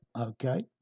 Okay